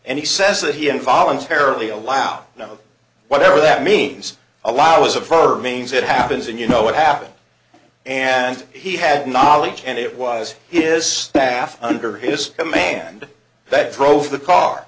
and he says that he and voluntarily allowed you know whatever that means allows it for means it happens and you know what happened and he had knowledge and it was his staff under his command that drove the car